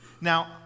Now